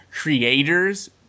creators